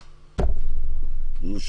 בבקשה.